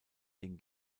den